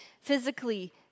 physically